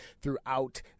throughout